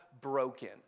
broken